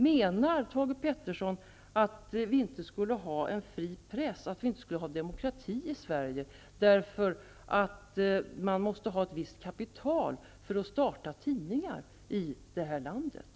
Menar Thage G Peterson att vi inte skulle ha en fri press, att vi inte skulle ha demokrati i Sverige på grund av att det är nödvändigt att ha ett visst kapital för att starta tidningar i det här landet?